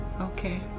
okay